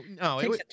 No